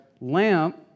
lamp